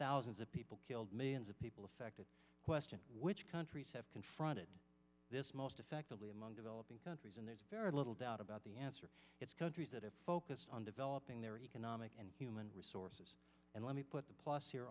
thousands of people killed millions of people affected question which countries have confronted this most effectively among developing countries and there's very little doubt about the answer it's countries that have focussed on developing their economic and human resources and let me put the plus here